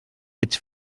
ets